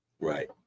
right